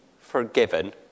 forgiven